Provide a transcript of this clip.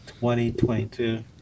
2022